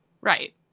Right